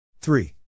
three